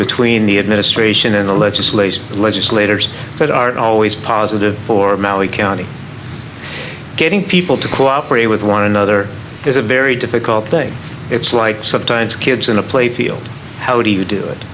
between the administration and the legislation legislators that are always positive for mallee county getting people to cooperate with one another is a very difficult thing it's like sometimes kids in the playfield how do you do it